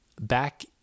back